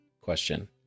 question